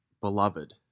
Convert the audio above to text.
beloved